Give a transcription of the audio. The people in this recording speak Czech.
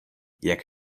jak